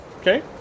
Okay